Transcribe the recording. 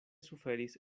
suferis